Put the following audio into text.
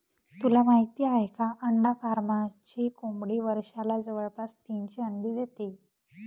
तुला माहित आहे का? अंडा फार्मची कोंबडी वर्षाला जवळपास तीनशे अंडी देते